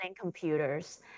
computers